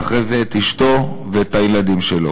ואחרי זה את אשתו ואת הילדים שלו.